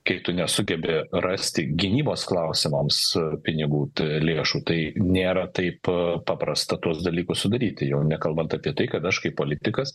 kai tu nesugebi rasti gynybos klausimams pinigų lėšų tai nėra taip paprasta tuos dalykus sudaryti jau nekalbant apie tai kad aš kaip politikas